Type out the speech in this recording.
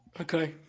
Okay